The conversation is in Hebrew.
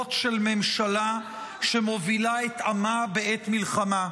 לחובות של ממשלה שמובילה את עמה בעת מלחמה,